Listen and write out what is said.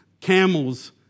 camels